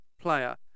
player